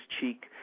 cheek